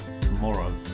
tomorrow